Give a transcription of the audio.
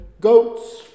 goats